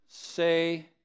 say